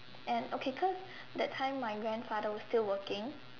and okay cause that time my grandfather was still working